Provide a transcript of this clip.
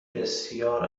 بسیار